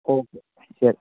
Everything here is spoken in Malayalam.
ഓക്കെ ശരി